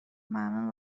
ممنون